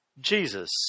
Jesus